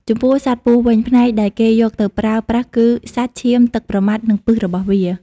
ចំពោះសត្វពស់វិញ ផ្នែកដែលគេយកទៅប្រើប្រាស់គឺសាច់ ឈាម ទឹកប្រមាត់ និងពិសរបស់វា។